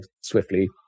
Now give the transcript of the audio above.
swiftly